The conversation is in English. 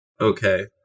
Okay